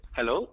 Hello